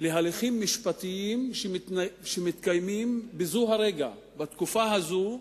להליכים משפטיים שמתקיימים בזה הרגע, בתקופה הזאת,